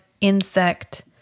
insect